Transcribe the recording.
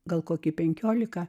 gal kokį penkiolika